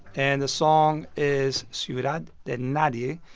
and the song is ciudad de nadie.